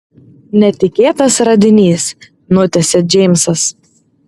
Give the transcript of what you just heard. netikėtas radinys nutęsia džeimsas